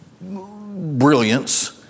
Brilliance